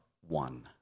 one